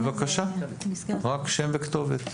בבקשה, רק שם וכתובת.